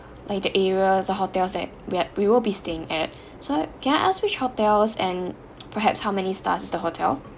like the areas the hotels that we're we will be staying at so can I ask which hotels and perhaps how many stars is the hotel